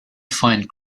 find